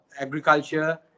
agriculture